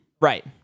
right